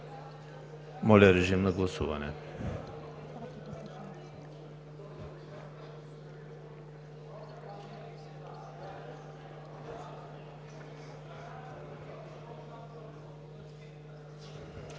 Моля, режим на гласуване.